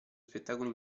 spettacoli